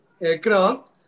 aircraft